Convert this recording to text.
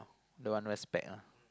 don't want respect lah